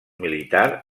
militar